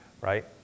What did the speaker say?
right